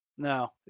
No